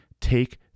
Take